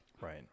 Right